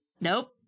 Nope